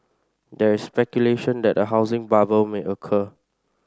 there is speculation that a housing bubble may occur